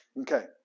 Okay